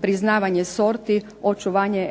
priznavanja sorti, očuvanja